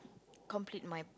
complete my